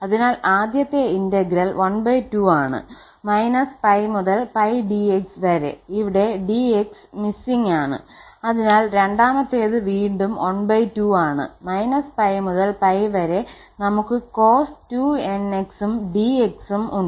അതിനാൽ ആദ്യത്തെ ഇന്റഗ്രൽ ½ ആണ് 𝜋 മുതൽ 𝜋 𝑑𝑥 വരെ ഇവിടെ 𝑑𝑥 മിസ്സിംഗ് ആണ് അതിനാൽ രണ്ടാമത്തേത് വീണ്ടും ½ ആണ് 𝜋 മുതൽ 𝜋 വരെ നമുക്ക് cos 2𝑛𝑥 ഉം 𝑑𝑥 ഉം ഉണ്ട്